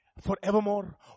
forevermore